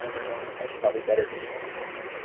and no, it's probably better to show it this way.